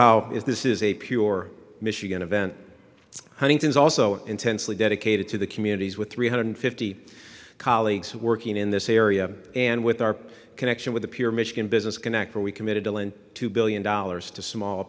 how if this is a pure michigan event huntington is also intensely dedicated to the communities with three hundred fifty colleagues working in this area and with our connection with the peer michigan business connector we committed to lend two billion dollars to small